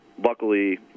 luckily